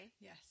Yes